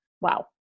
Wow